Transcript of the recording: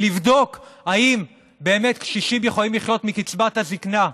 לבדוק אם באמת קשישים יכולים לחיות מקצבת הזקנה?